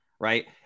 Right